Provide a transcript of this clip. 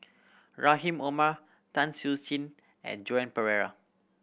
Rahim Omar Tan Siew Sin and Joan Pereira